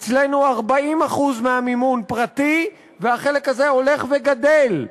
אצלנו 40% מהמימון פרטי, והחלק הזה הולך וגדל.